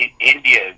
India